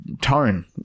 tone